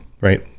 right